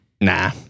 Nah